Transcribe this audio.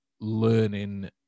learning